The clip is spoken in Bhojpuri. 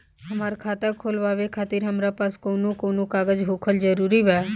हमार खाता खोलवावे खातिर हमरा पास कऊन कऊन कागज होखल जरूरी बा?